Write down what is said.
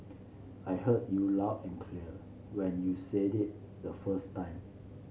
I heard you loud and clear when you said it the first time